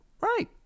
Right